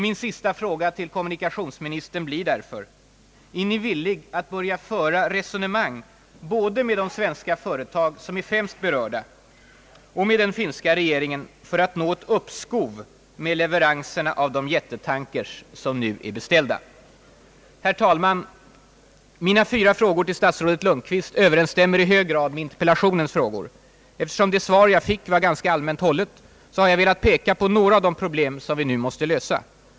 Min sista fråga till kommunikationsministern blir alltså: Är Ni villig att börja föra resonemang både med de svenska företag som är främst berörda och med den finska regeringen för att nå ett uppskov med leveranserna av de jättetankers som är beställda? Herr talman! Mina fyra frågor till statsrådet Lundkvist överensstämmer i hög grad med de frågor som ställts i min interpellation. Eftersom det svar jag fick var ganska allmänt hållet, har jag velat fästa uppmärksamheten på några av de problem som vi nu måste lösa.